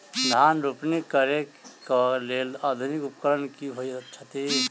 धान रोपनी करै कऽ लेल आधुनिक उपकरण की होइ छथि?